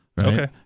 Okay